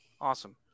Awesome